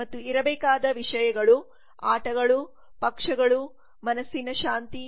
ಮತ್ತು ಇರಬೇಕಾದ ವಿಷಯಗಳು ಆಟಗಳು ಪಕ್ಷಗಳು ಮನಸ್ಸಿನ ಶಾಂತಿ